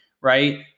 right